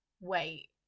wait